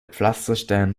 pflasterstein